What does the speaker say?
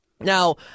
Now